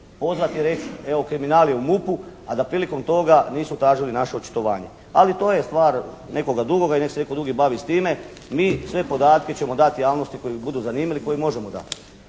pozvati i reći evo kriminal je u MUP-u, a da prilikom toga nisu tražili naše očitovanje, ali to je stvar nekoga drugoga i nek se netko drugi bavi s time, mi sve podatke ćemo dati javnosti koji ih budu zanimali i koje možemo dati.